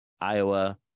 Iowa